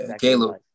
Caleb